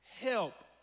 help